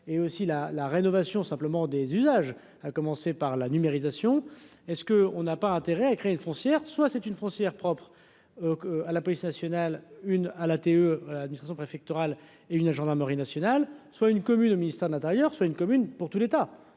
et aussi la la rénovation simplement des usages, à commencer par la numérisation, est ce que on n'a pas intérêt à créer une foncière, soit c'est une frontière propre à la police nationale, une à l'ATE admiration préfectorale et une gendarmerie nationale soit une commune au ministère de l'Intérieur, soit une commune pour tout l'État